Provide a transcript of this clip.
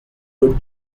good